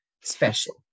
special